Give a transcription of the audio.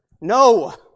No